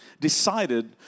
Decided